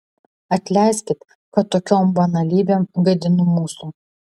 atleiskit kad tokiom banalybėm gadinu mūsų